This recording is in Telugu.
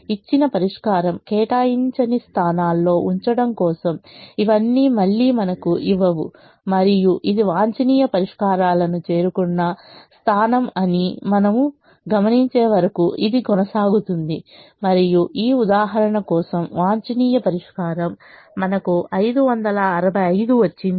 ఇచ్చిన పరిష్కారం కేటాయించని స్థానాల్లో ఉంచడం కోసం ఇవన్నీ మళ్లీ మనకు ఇవ్వవు మరియు ఇది వాంఛనీయ పరిష్కారాలను చేరుకున్న స్థానం అని మనము గమనించే వరకు ఇది కొనసాగుతుంది మరియు ఈ ఉదాహరణ కోసం వాంఛనీయ పరిష్కారం మనకు 565 ఇచ్చింది